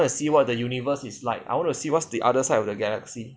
I want to see what the universe is like I want to see what's the other side of the galaxy